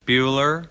Bueller